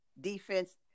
defense